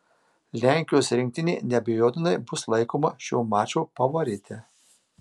lenkijos rinktinė neabejotinai bus laikoma šio mačo favorite